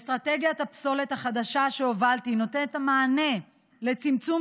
אסטרטגיית הפסולת החדשה שהובלתי נותנת את המענה לצמצום